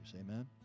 Amen